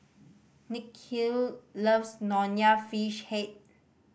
Nikhil loves Nonya Fish Head